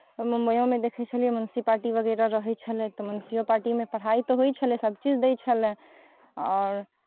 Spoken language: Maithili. मुम्बइओमे देखै छलियै म्युन्सिपाल्टी वगैरह रहै छलै तऽ म्युन्सिपाल्टीयो पढ़ाइ तऽ होइ छलय सभचीज दै छलय आओर